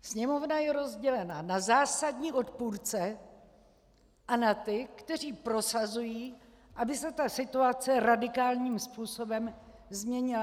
Sněmovna je rozdělena na zásadní odpůrce a na ty, kteří prosazují, aby se ta situace radikálním způsobem změnila.